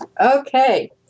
Okay